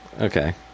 Okay